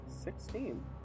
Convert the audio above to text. Sixteen